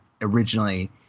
originally